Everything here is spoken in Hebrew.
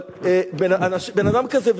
אבל בן-אדם כזה,